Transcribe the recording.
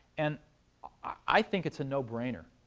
and i think it's a no-brainer.